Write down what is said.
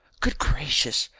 good gracious!